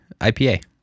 IPA